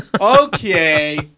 Okay